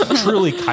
truly